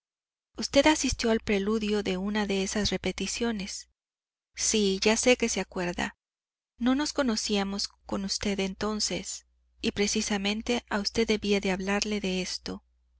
usted asistió al preludio de una de esas repeticiones sí ya sé que se acuerda no nos conocíamos con usted entonces y precisamente a usted debía de hablarle de esto